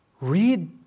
read